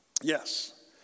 Yes